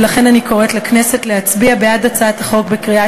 ולכן אני קוראת לכנסת להצביע בעד הצעת החוק בקריאה